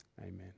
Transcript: Amen